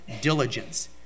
diligence